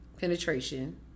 penetration